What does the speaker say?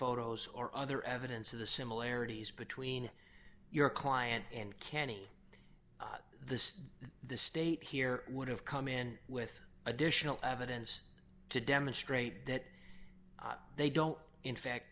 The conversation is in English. photos or other evidence of the similarities between your client and kenny the the state here would have come in with additional evidence to demonstrate that they don't in fact